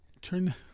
Turn